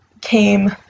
came